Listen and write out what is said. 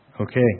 Okay